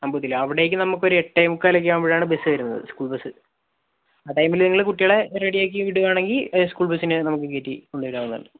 അമ്പുകുത്തിയില് അവിടേക്ക് നമുക്കൊരു എട്ടേമുക്കാലൊക്കെ ആകുമ്പോഴാണ് ബസ് വരുന്നത് സ്കൂൾ ബസ് ആ ടൈമില് നിങ്ങള് കുട്ടികളെ റെഡിയാക്കി വിടുവാണെങ്കിൽ സ്കൂൾ ബസിനു നമുക്ക് കയറ്റി കൊണ്ടുവരാവുന്നതാണ്